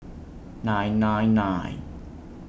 nine nine nine